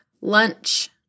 lunch